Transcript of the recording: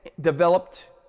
developed